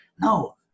No